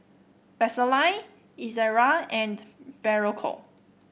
Vaselin Ezerra and Berocca